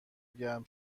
گرم